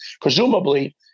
presumably